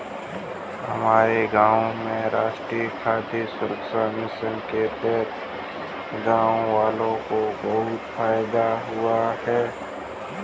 हमारे गांव में राष्ट्रीय खाद्य सुरक्षा मिशन के तहत गांववालों को बहुत फायदा हुआ है